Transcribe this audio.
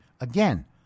Again